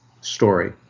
story